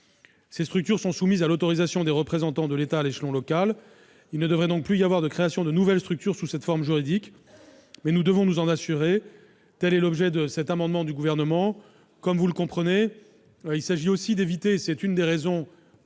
Ces structures sont soumises à l'autorisation des représentants de l'État à l'échelon local. Il ne devrait donc plus y avoir de création de nouvelles structures sous cette forme juridique, mais nous devons nous en assurer. Tel est l'objet de cet amendement du Gouvernement. Comme vous le comprenez, il s'agit aussi d'éviter- c'est l'une des raisons